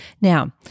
now